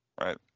Right